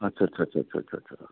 ਅੱਛਾ ਅੱਛਾ ਅੱਛਾ ਅੱਛਾ ਅੱਛਾ ਅੱਛਾ